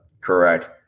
Correct